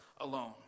alone